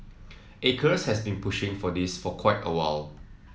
acres has been pushing for this for quite a while